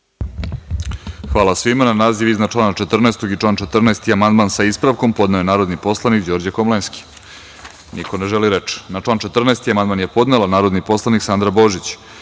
Hvala svima. Na naziv iznad člana 14. i član 14. amandman, sa ispravkom, podneo je narodni poslanik Đorđe Komlenski. Niko ne želi reč. Na član 14. amandman je podnela narodni poslanik Sandra Božić. Vlada